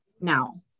now